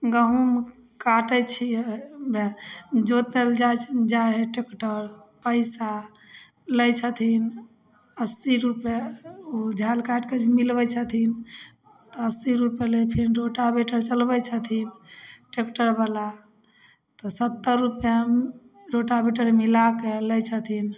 गहूम काटै छिए हेबे जोतल जाइ छै जाइ हइ ट्रैक्टर पइसा लै छथिन अस्सी रुपैए ओ झलि काटिके मिलबै छथिन तऽ अस्सी रुपैए लै फेर रोटा बिटर चलबै छथिन ट्रैक्टरवला तऽ सत्तर रुपैए रोटा बिटर मिलाकऽ लै छथिन